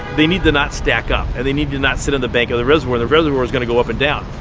they need to not stack up and they need to not sit on the bank of the reservoir. the reservoir is gonna go up and down.